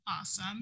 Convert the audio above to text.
awesome